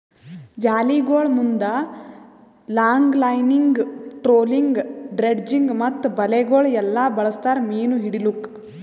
ಜಾಲಿಗೊಳ್ ಮುಂದ್ longlining, trawling, dredging ಮತ್ತ ಬಲೆಗೊಳ್ ಎಲ್ಲಾ ಬಳಸ್ತಾರ್ ಮೀನು ಹಿಡಿಲುಕ್